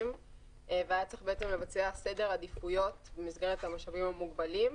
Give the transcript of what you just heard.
והיה צריך לבצע סדר עדיפויות במסגרת המשאבים המוגבלים,